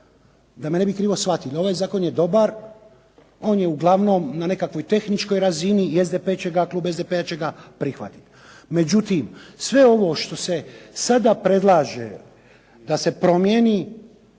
Da me ne bi krivo shvatili, ovaj zakon je dobar, on je uglavnom na nekakvoj tehničkoj razini i klub SDP-a će ga prihvatiti. Međutim, sve ovo što se sada predlaže da se promijeni